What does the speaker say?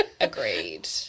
Agreed